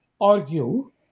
argue